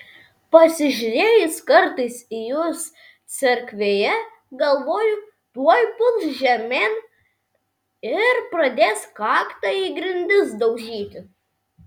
pasižiūrėjus kartais į jus cerkvėje galvoju tuoj puls žemėn ir pradės kakta į grindis daužyti